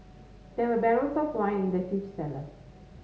there were barrels of wine in the huge cellar